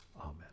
Amen